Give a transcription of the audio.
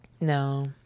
No